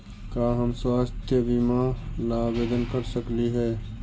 का हम स्वास्थ्य बीमा ला आवेदन कर सकली हे?